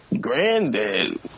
granddad